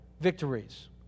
victories